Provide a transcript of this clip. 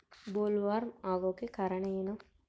Bollworm ಆಗೋಕೆ ಕಾರಣ ಏನು?